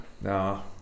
No